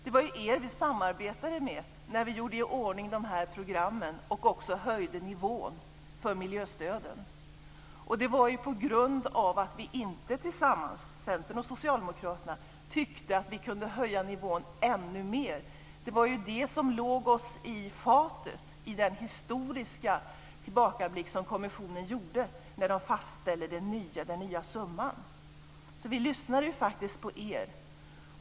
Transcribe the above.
Det var er vi samarbetade med när vi gjorde i ordning de här programmen och höjde nivån för miljöstöden. Att vi inte tillsammans - Centern och Socialdemokraterna - tyckte att vi kunde höja nivån ännu mer var det som låg oss i fatet i den historiska tillbakablick som kommissionen gjorde när den fastställde den nya summan. Så vi lyssnade faktiskt på er.